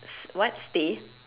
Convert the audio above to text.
what stay